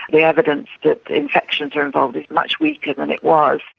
the evidence that infections are involved is much weaker than it was.